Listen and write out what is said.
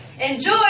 Enjoy